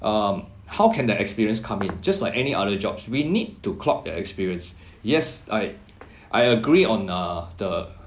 um how can the experience come in just like any other jobs we need to clock their experience yes I I agree on uh the